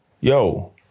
yo